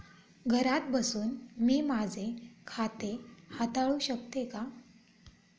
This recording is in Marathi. घरात बसून मी माझे खाते हाताळू शकते का?